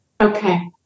Okay